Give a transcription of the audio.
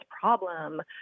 problem